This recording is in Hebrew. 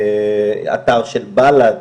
אתר של בל"ד,